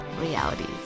realities